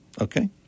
okay